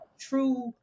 true